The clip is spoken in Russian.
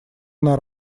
она